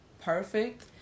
perfect